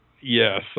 Yes